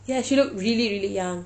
ya she looked really really young